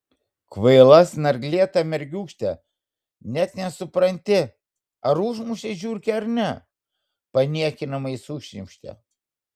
kvaila snarglėta mergiūkšte net nesupranti ar užmušei žiurkę ar ne paniekinamai sušnypštė